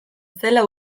zela